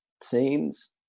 scenes